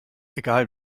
egal